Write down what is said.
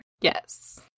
Yes